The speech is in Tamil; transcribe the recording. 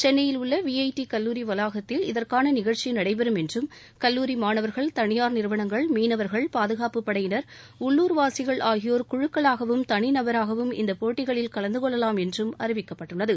சென்னையில் உள்ள வி ஐ டி கல்லூரி வளாகத்தில் இதற்கான நிகழ்ச்சி நடைபெறும் என்றும் கல்லூரி மாணவர்கள் தனியார் நிறுவனங்கள் மீனவர்கள் பாதுகாப்புப் படையினர் உள்ளூர்வாசிகள் ஆகியோர் குழுக்களாகவும் தனி நபராகவும் இந்த போட்டிகளில் கலந்து கொள்ளலாம் என்று அறிவிக்கப்பட்டுள்ளது